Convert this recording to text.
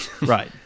Right